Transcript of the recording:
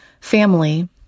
family